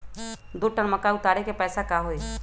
दो टन मक्का उतारे के पैसा का होई?